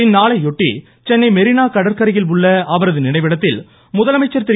இந்நாளையொட்டி சென்னை மெரீனா கடந்கரையில் உள்ள அவரக நினைவிடத்தில் முதலமைச்சர் திரு